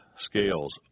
scales